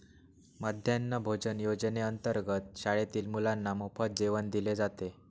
मध्यान्ह भोजन योजनेअंतर्गत शाळेतील मुलांना मोफत जेवण दिले जाते